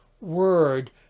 Word